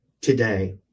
today